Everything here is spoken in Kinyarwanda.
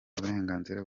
uburenganzira